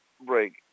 break